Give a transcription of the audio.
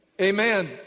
Amen